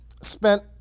spent